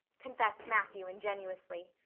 confessed matthew ingenuously.